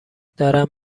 دارم